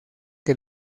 que